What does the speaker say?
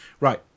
Right